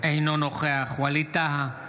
אינו נוכח ווליד טאהא,